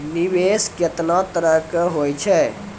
निवेश केतना तरह के होय छै?